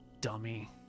dummy